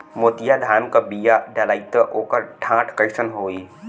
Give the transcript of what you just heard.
मोतिया धान क बिया डलाईत ओकर डाठ कइसन होइ?